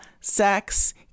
sex